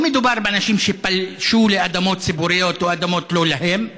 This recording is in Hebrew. לא מדובר באנשים שפלשו לאדמות ציבוריות או לאדמות לא להם,